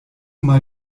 mal